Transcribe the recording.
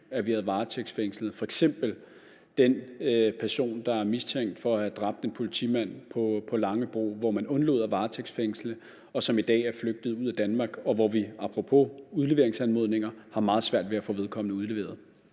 at vi havde varetægtsfængslet, f.eks. den person, der er mistænkt for at have dræbt en politimand på Langebro. Her undlod man at varetægtsfængsle, og personen, som i dag er flygtet ud af Danmark, har vi – apropos udleveringsanmodninger – meget svært ved at få udleveret.